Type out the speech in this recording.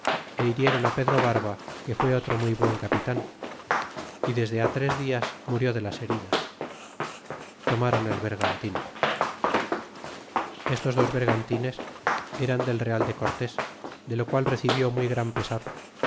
italia hirieron pedro barba que fue otro muy buen capitan y desde tres dias murió de las heridas tomron el bergantin estos dos bergantines eran del real de cortés de lo qual recibió muy gran pesar